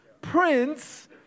Prince